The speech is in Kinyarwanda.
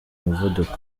muvuduko